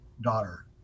daughter